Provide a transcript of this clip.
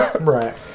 Right